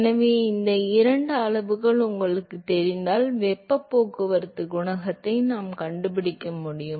எனவே இந்த இரண்டு அளவுகள் உங்களுக்குத் தெரிந்தால் வெப்பப் போக்குவரத்து குணகத்தை நாம் கண்டுபிடிக்க முடியும்